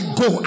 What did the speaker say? go